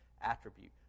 attribute